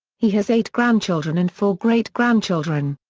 he has eight grandchildren and four great-grandchildren.